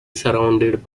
surrounded